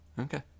Okay